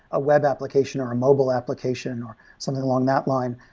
a web application, or a mobile application, or something along that line,